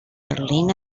berlin